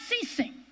ceasing